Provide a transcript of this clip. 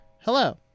Hello